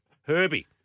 Herbie